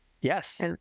Yes